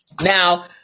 Now